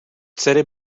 dcery